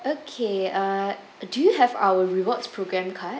okay uh do you have our rewards program card